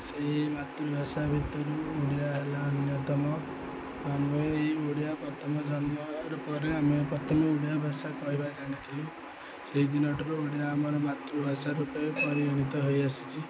ସେଇ ମାତୃଭାଷା ଭିତରୁ ଓଡ଼ିଆ ହେଲା ଅନ୍ୟତମ ଆମେ ଏ ଓଡ଼ିଆ ପ୍ରଥମ ଜନ୍ମ ହେବା ପରେ ଆମେ ପ୍ରଥମେ ଓଡ଼ିଆ ଭାଷା କହିବା ଜାଣିଥିଲୁ ସେହିଦିନଠାରୁ ଓଡ଼ିଆ ଆମର ମାତୃଭାଷା ରୂପେ ପରିଗଣିତ ହୋଇଆସିଛି